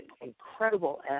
incredible